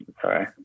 Sorry